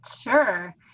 Sure